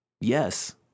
yes